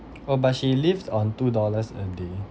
oh but she lived on two dollars a day